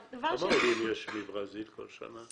כמה עולים מברזיל יש בכל שנה?